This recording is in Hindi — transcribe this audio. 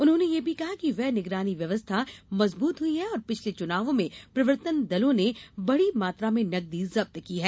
उन्होंने यह भी कहा कि व्यय निगरानी व्यवस्था मजबूत हुई है और पिछले चुनावों में प्रवर्तन दलों ने बड़ी मात्रा में नकदी जब्त की है